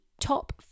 top